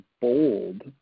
bold